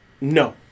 No